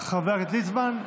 חבר הכנסת ליצמן,